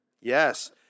yes